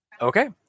Okay